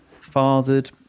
fathered